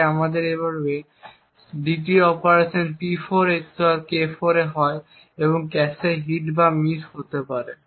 তাই এইভাবে 2য় অপারেশন P4 XOR K4 হয় ক্যাশে হিট বা ক্যাশে মিস হতে পারে